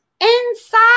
inside